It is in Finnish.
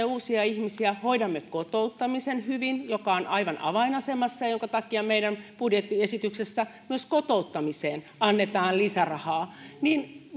uusia ihmisiä hoidamme hyvin kotouttamisen joka on aivan avainasemassa ja jonka takia meidän budjettiesityksessämme myös kotouttamiseen annetaan lisärahaa niin